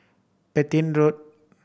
Petain Road